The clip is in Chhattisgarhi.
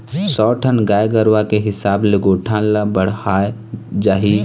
सौ ठन गाय गरूवा के हिसाब ले गौठान ल बड़हाय जाही